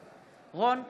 בעד רון כץ,